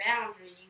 boundaries